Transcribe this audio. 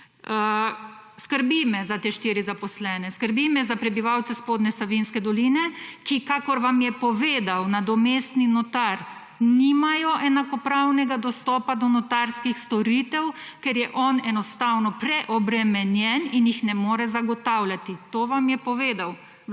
Skrbi me za te štiri zaposlene. Skrbi me za prebivalce spodnje Savinjske doline, ki kakor vam je povedal nadomestni notar, nimajo enakopravnega dostopa do notarskih storitev, ker je on enostavno preobremenjen in jih ne more zagotavljati. To vam je povedal.